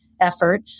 effort